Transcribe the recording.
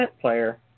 player